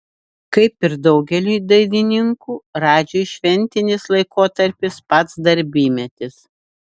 kaip ir daugeliui dainininkų radžiui šventinis laikotarpis pats darbymetis